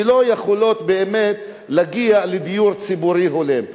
שלא יכולות באמת להגיע לדיור ציבורי הולם,